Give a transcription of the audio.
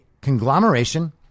conglomeration